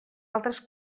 altres